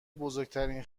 بزرگترین